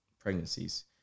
pregnancies